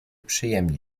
przyjemnie